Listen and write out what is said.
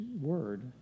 word